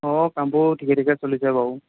অ কামবোৰ ঠিকে ঠাকে চলিছে বাৰু